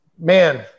man